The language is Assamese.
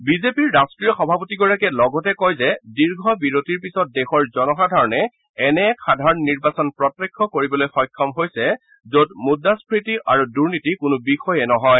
বিজেপিৰ ৰাষ্ট্ৰীয় সভাপতিগৰাকীয়ে লগতে কয় যে দীৰ্ঘ বিৰতিৰ পিচত দেশৰ জনসাধাৰণে এনে এক সাধাৰণ নিৰ্বাচন প্ৰত্যক্ষ কৰিবলৈ সক্ষম হৈছে যত মুদ্ৰাস্ফীতি আৰু দুৰ্নীতি কোনো বিষয়েই নহয়